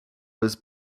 was